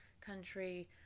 country